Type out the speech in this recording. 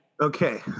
Okay